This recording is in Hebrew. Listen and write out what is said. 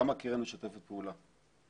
גם הקרן משתפת פעולה.